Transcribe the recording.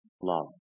Love